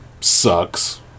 sucks